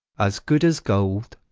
as good as gold,